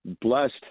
blessed